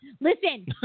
Listen